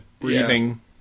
breathing